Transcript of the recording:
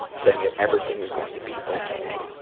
saying that everything was going to be okay,